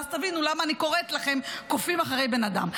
ואז תבינו למה אני קוראת לכם קופים אחרי בני אדם.